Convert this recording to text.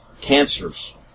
Cancers